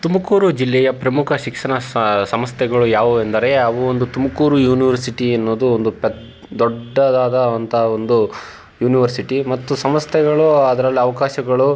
ತುಮಕೂರು ಜಿಲ್ಲೆಯ ಪ್ರಮುಖ ಶಿಕ್ಷಣ ಸಂಸ್ಥೆಗಳು ಯಾವುವು ಎಂದರೆ ಅವು ಒಂದು ತುಮಕೂರು ಯೂನಿವರ್ಸಿಟಿ ಅನ್ನೋದು ಒಂದು ಪೆದ್ದ ದೊಡ್ಡದಾದ ಅಂಥ ಒಂದು ಯೂನಿವರ್ಸಿಟಿ ಮತ್ತು ಸಂಸ್ಥೆಗಳು ಅದ್ರಲ್ಲಿ ಅವಕಾಶಗಳು